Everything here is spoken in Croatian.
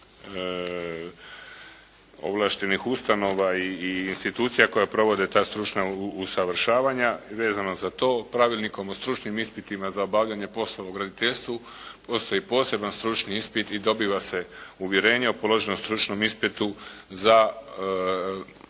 ovlaštenih ustanova i institucija koje provode ta stručna usavršavanja, vezano za to Pravilnikom o stručnim ispitima za obavljanje poslova u graditeljstvu, postoji poseban stručni ispit i dobiva se uvjerenje o položenom stručnom ispitu za rad